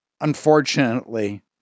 Unfortunately